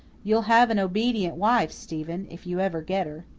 you'll have an obedient wife, stephen if you ever get her.